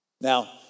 Now